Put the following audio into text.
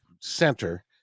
center